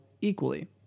equally